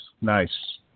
Nice